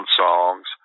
songs